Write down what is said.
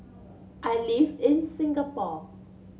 I live in Singapore